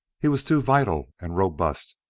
he was too vital and robust,